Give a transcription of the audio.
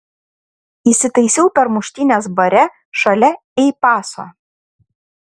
įsitaisiau per muštynes bare šalia ei paso